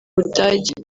budage